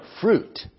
fruit